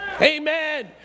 Amen